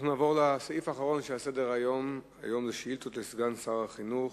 אנחנו נעבור לסעיף האחרון בסדר-היום: שאילתות לסגן שר החינוך.